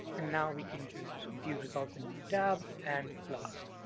and now we can just view results in new tab and blast.